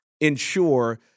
ensure